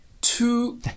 two